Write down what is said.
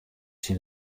syn